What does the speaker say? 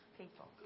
people